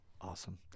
Awesome